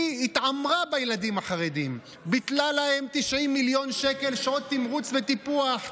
היא התעמרה בילדים החרדים: ביטלה להם 90 מיליון שקל שעות תמרוץ וטיפוח,